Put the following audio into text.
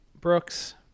Brooks